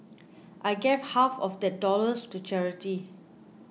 I gave half of that dollars to charity